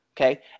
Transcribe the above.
okay